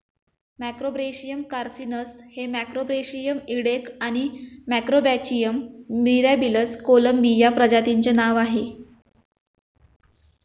Macrobrachium कार्सिनस हे मॅक्रोब्रेशियम इडेक आणि मॅक्रोब्रॅचियम मिराबिलिस कोळंबी या प्रजातींचे नाव आहे